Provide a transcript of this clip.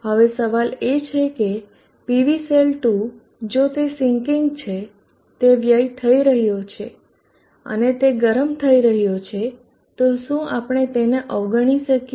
હવે સવાલ એ છે કે PV સેલ 2 જો તે સિંકિંગ છે તે વ્યય થઇ રહ્યો છે અને તે ગરમ થઈ રહ્યો છે શું આપણે તે અવગણી શકીએ